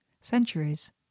Centuries